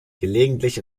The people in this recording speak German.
gelegentlich